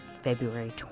February